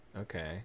Okay